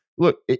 Look